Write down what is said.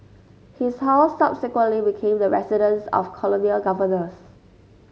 his house subsequently became the residence of colonial governors